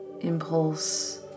impulse